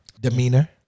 demeanor